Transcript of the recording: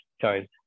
choice